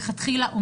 חלילה.